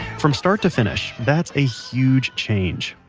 from start to finish, that's a huge change.